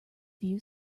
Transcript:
view